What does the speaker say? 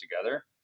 together